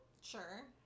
Sure